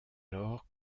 alors